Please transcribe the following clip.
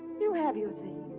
you have your scene.